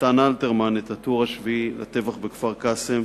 נתן אלתרמן את "הטור השביעי" לטבח בכפר-קאסם,